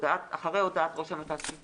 אחרי הודעת ראש הממשלה,